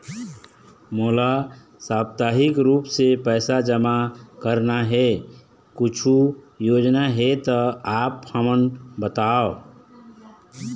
मोला साप्ताहिक रूप से पैसा जमा करना हे, कुछू योजना हे त आप हमन बताव?